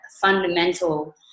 fundamental